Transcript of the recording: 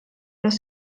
los